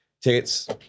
tickets